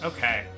Okay